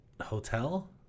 hotel